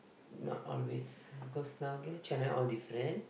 not always cause now the channel all different